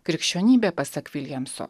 krikščionybė pasak viljamso